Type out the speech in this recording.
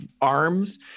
arms